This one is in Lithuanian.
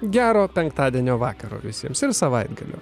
gero penktadienio vakaro visiems ir savaitgalio